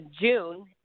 June